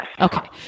Okay